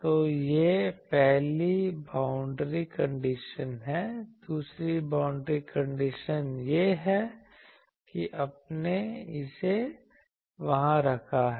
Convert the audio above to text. तो यह पहली बाउंड्री कंडीशन है दूसरी बाउंड्री कंडीशन यह है कि आपने इसे वहां रखा है